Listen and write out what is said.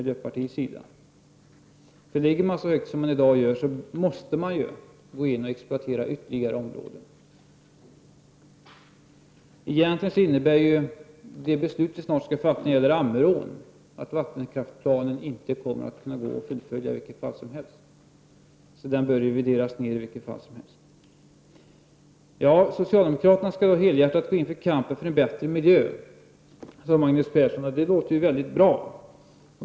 Ligger man så högt som man gör i dag, måste man gå in och exploatera ytterligare områden. Egentligen innebär det beslut som vi snart kommer att fatta när det gäller Ammerån att vattenkraftsplanen inte kommer att kunna fullföljas i vilket fall som helst. Den bör således revideras. Socialdemokraterna skall helhjärtat gå in i kampen för en bättre miljö, sade Magnus Persson. Det låter ju väldigt bra.